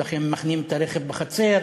ולכן מחנים את הרכב בחצר,